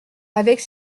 avec